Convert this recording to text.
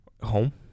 Home